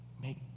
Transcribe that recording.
make